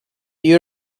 you